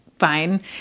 Fine